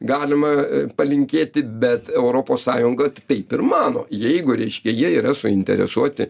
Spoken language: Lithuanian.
galima palinkėti bet europos sąjunga taip ir mano jeigu reiškia jie yra suinteresuoti